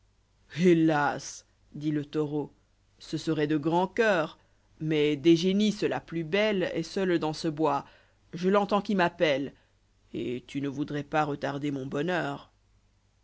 hélas dit le taureau ce serait de grand coeur no fables mais des génisses la plus belle est seale dans ce bois je l'entends qui m'appelle et tu ne voudrais pas retarder mon bonheur